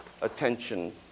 attention